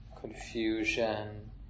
confusion